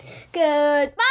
Goodbye